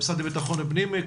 המשרד לביטחון פנים.